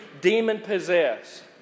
demon-possessed